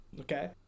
okay